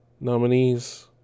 nominees